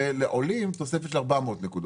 ולעולים תוספת של 400 נקודות.